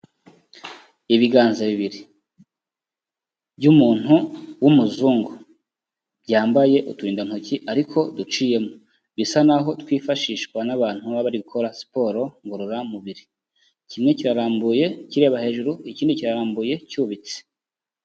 Ibiganza bibiri by'umuntu w'umuzungu, byambaye uturindantoki ariko duciyemo bisa n'aho twifashishwa n'abantu baba bari gukora siporo ngororamubiri, kimwe kirarambuye kireba hejuru ikindi kirarambuye cyubitse.